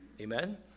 Amen